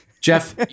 Jeff